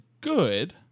good